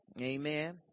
Amen